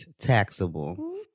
taxable